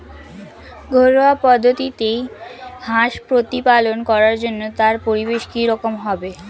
ঘরোয়া পদ্ধতিতে হাঁস প্রতিপালন করার জন্য তার পরিবেশ কী রকম হবে?